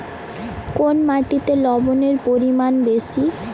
কোন মাটিতে লবণের পরিমাণ বেশি?